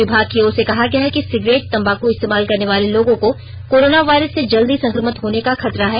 विभाग की ओर से कहा गया है कि सिगरेट तंबाकू इस्तेमाल करने वाले लोगों को कोरोना वायरस से जल्दी संक्रमित होने का खतरा है